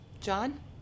John